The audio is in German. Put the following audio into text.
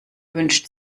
wünscht